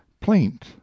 plaint